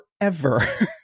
forever